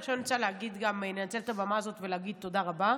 עכשיו אני רוצה לנצל את הבמה הזאת ולהגיד תודה רבה.